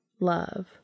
love